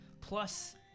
plus